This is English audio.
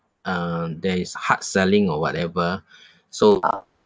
uh there is hard selling or whatever so